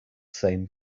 same